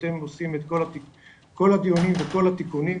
כשאתם עושים את כל הדיונים וכל התיקונים,